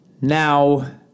Now